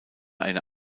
eine